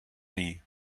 nie